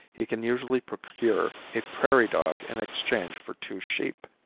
he can usually procure a prairie dog in exchange for two sheep.